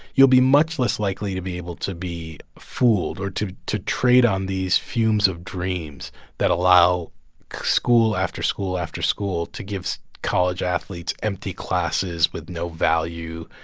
you'll be much less likely to be able to be fooled or to to trade on these fumes of dreams that allow school after school after school to give college athletes empty classes with no value,